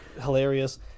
hilarious